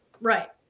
Right